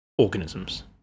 organisms